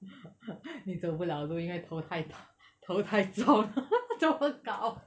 你走不 liao 路因为你的头太大头太重 这么高